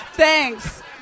Thanks